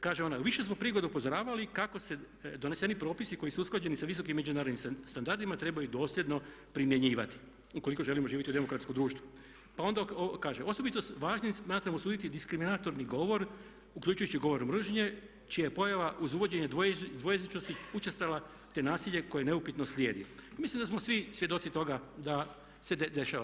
Kaže ona u više smo prigoda upozoravali kako se doneseni propisi koji su usklađeni sa visokim međunarodnim standardima trebaju dosljedno primjenjivati ukoliko želimo živjeti u demokratskom društvu, pa onda kaže: "Osobito važnim smatram osuditi diskriminatorni govor uključujući i govor mržnje čija je pojava uz uvođenje dvojezičnosti učestala, te nasilje koje neupitno slijedi" I mislim da smo svi svjedoci toga da se dešava.